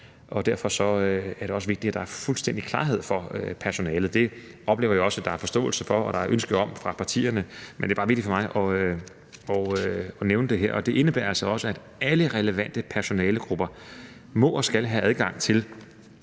og derfor er det også vigtigt, at der er fuldstændig klarhed for personalet. Det oplever jeg også at der er forståelse for og ønske om fra partiernes side, men det er bare vigtigt for mig at nævne det her. Det indebærer altså også, at alle relevante personalegrupper må og skal have adgang til